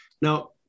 Now